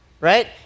right